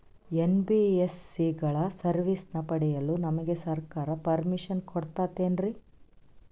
NBSC ಗಳ ಸರ್ವಿಸನ್ನ ಪಡಿಯಲು ನಮಗೆ ಸರ್ಕಾರ ಪರ್ಮಿಷನ್ ಕೊಡ್ತಾತೇನ್ರೀ?